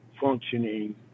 functioning